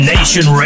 Nation